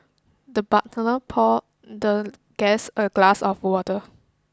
the butler poured the guest a glass of water